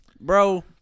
Bro